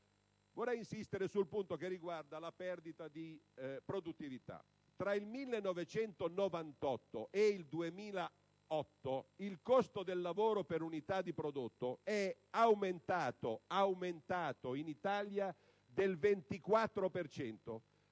Vorrei insistere su un punto che riguarda la perdita di produttività. Tra il 1998 e il 2008 il costo del lavoro per unità di prodotto è aumentato del 24 per cento in Italia, del 15